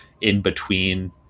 in-between